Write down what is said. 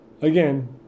again